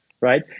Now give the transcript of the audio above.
right